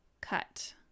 cut